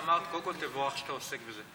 קודם כול, תבורך על שאתה עוסק בזה.